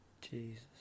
Jesus